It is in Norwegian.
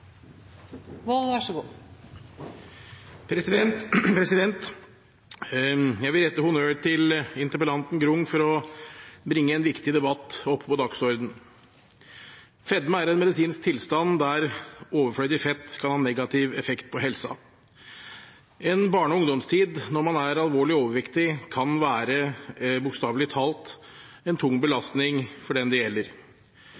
vil rette honnør til interpellanten, Grung, for å bringe en viktig debatt opp på dagsordenen. Fedme er en medisinsk tilstand der overflødig fett kan ha negativ effekt på helsa. En barne- og ungdomstid når man er alvorlig overvektig, kan være – bokstavelig talt – en tung belastning for den det gjelder.